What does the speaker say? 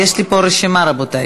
אבל יש לי פה רשימה, רבותי.